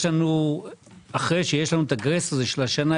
אחרי גרייס של שנה,